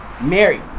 Mary